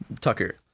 Tucker